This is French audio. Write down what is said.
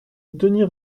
denys